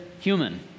human